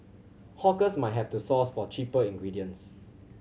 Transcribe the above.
hawkers might have to source for cheaper ingredients